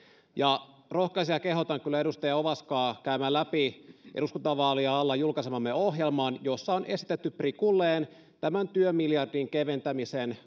ja rohkaisen ja kehotan kyllä edustaja ovaskaa käymään läpi eduskuntavaalien alla julkaisemamme ohjelman jossa on esitetty prikulleen tämän työmiljardin keventämisen